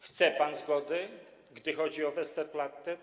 Chce pan zgody, gdy chodzi o Westerplatte?